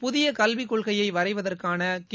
புதியக் கல்விக் கொள்கையை வரைவதற்கான கே